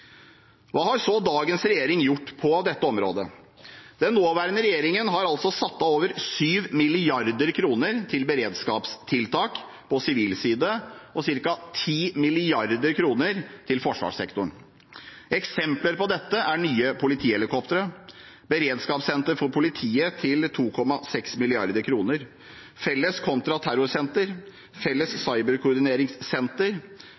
Hva har så dagens regjering gjort på dette området? Den nåværende regjeringen har satt av over 7 mrd. kr til beredskapstiltak på sivil side og ca. 10 mrd. kr til forsvarssektoren. Eksempler på dette er nye politihelikoptre, et beredskapssenter for politiet til 2,6 mrd. kr, felles kontraterrorsenter, felles